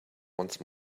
once